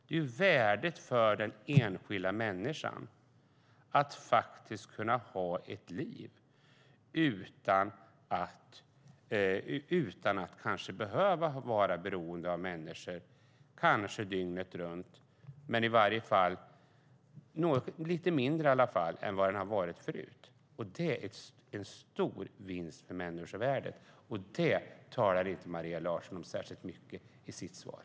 Det handlar om värdet för den enskilda människan, att faktiskt kunna ha ett liv utan att kanske dygnet runt behöva vara beroende av andra människor eller i alla fall vara mindre beroende än tidigare. Det vore en stor vinst för människovärdet, men det talar inte Maria Larssons särskilt mycket om i sitt svar.